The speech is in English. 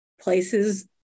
places